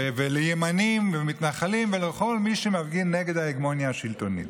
לימנים ולמתנחלים ולכל מי שמפגין נגד ההגמוניה השלטונית.